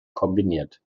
kombiniert